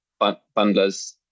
bundlers